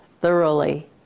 thoroughly